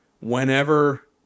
Whenever